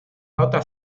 nota